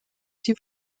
sie